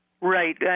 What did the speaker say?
Right